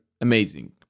Amazing